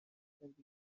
زندگی